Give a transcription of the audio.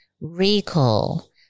Recall